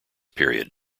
period